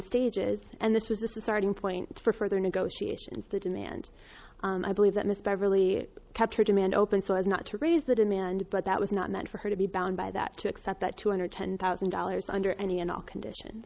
stages and this is this is starting point for further negotiations to demand i believe that missed by really capture demand opened so as not to raise the demand but that was not meant for her to be bound by that to accept that two hundred ten thousand dollars under any and all condition